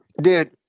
dude